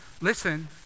listen